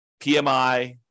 PMI